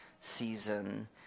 season